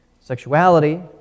sexuality